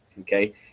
Okay